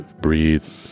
Breathe